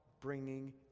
bringing